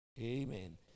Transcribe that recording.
Amen